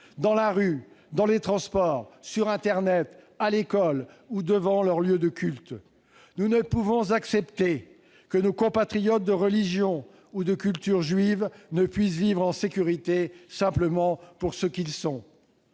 dans la rue, dans les transports, sur internet, à l'école ou devant leur lieu de culte. Nous ne pouvons accepter que nos compatriotes de religion ou de culture juives ne puissent vivre en sécurité simplement du fait de ce qu'ils sont.